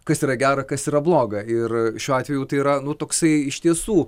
kas yra gera kas yra bloga ir šiuo atveju tai yra nu toksai iš tiesų